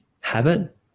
habit